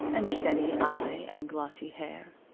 and steady eye and glossy hair.